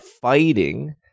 fighting